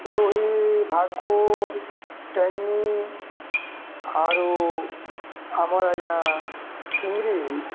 ରୋହି ଭାକୁର୍ ଟେଙ୍ଗନି ଆରୁ ଆମର୍ ଆଜ୍ଞା ଚିଙ୍ଗରି